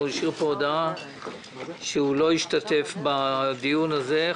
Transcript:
הוא השאיר הודעה שהוא לא ישתתף בדיון הזה.